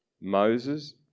Moses